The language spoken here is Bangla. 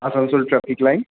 Asansol traffic line